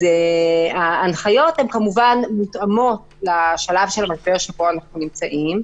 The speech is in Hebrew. לכן ההנחיות מותאמות כמובן לשלב של המשבר שבו אנחנו נמצאים,